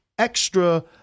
extra